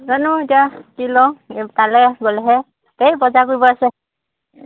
জানো এতিয়া কি লওঁ তালৈ গ'লেহে দেই বজাৰ কৰিব আছে